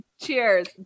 Cheers